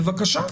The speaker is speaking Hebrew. בבקשה.